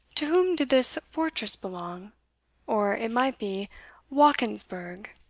to whom did this fortress belong or, it might be whackens-burgh,